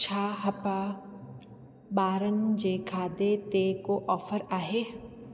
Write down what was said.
छा हप्पा ॿारनि जे खाधे ते को ऑफर आहे